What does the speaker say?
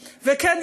וכן,